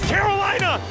Carolina